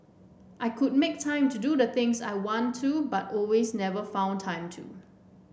I could make time to do the things I want to but always never found time to